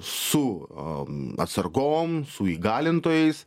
su am atsargom su įgalintojais